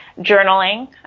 journaling